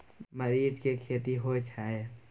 मरीच के खेती होय छय?